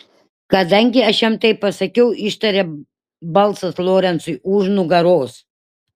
kadangi aš jam tai pasakiau ištarė balsas lorencui už nugaros